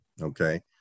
okay